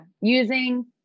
using